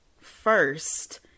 first